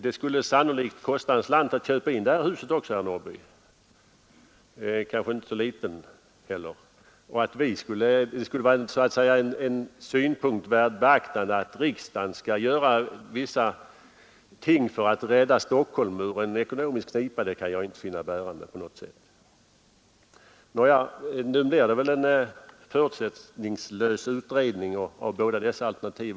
Ja, sannolikt skulle det kosta en slant att köpa in detta hus, herr Norrby — kanske inte så liten heller. Att det skulle vara en synpunkt värd beaktande att riksdagen skulle rädda Stockholm ur en ekonomisk knipa kan jag inte finna. Nu blir det väl en förutsättningslös utredning om båda dessa alternativ.